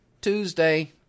Tuesday